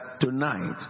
tonight